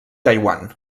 taiwan